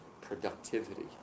productivity